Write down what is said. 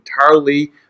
entirely